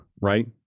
right